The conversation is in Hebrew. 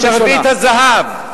הלוא "ויושט המלך לאסתר את שרביט הזהב".